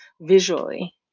visually